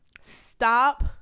Stop